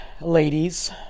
ladies